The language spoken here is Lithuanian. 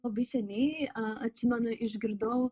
labai seniai atsimenu išgirdau